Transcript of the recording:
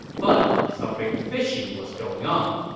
but something fishy was going on.